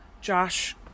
Josh